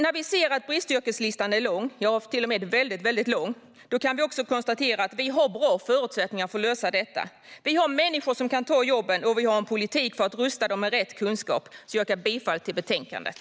När vi ser att bristyrkeslistan är lång - till och med väldigt lång - kan vi alltså konstatera att vi har bra förutsättningar att lösa detta. Vi har människor som kan ta jobben, och vi har en politik för att rusta dem med rätt kunskaper. Jag yrkar bifall till förslaget i betänkandet.